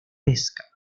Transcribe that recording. pesca